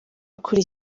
kuri